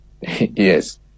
Yes